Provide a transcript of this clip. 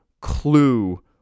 clue